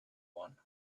won